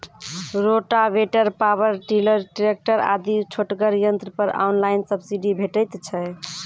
Rotavator, power tiller, tractor आदि छोटगर यंत्र पर ऑनलाइन सब्सिडी भेटैत छै?